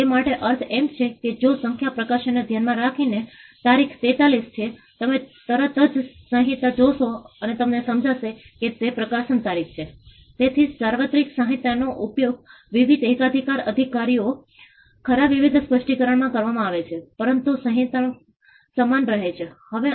તે મકાનને નુકસાન અને ઘરના નુકસાનને લીધે છે 2005 ના પૂરને કારણે ટકાઉ સંપત્તિ તમે તે ઘરો જોઈ શકો છો કે જેઓ મહીમ ક્રિક અથવા મીઠી નદીની નજીક છે તેઓને સૌથી વધુ અસરગ્રસ્ત ઘરો હતા જેના કારણે તેઓને સંપૂર્ણ નુકસાન થયું હતું